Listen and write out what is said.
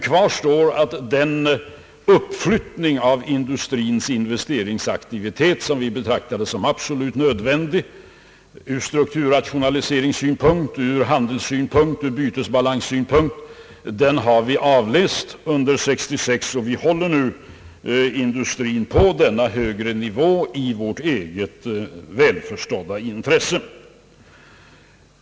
Kvar står dock att den lyftning av industrins investeringsaktivitet som vi ansåg absolut nödvändig ur strukturrationaliseringens, handelns och bytesbalansens synpunkt, den har vi avläst under 1966, och vi håller nu industrin på denna högre nivå i vårt eget välförstådda intresse.